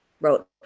wrote